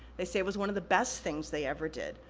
they say it was one of the best things they ever did,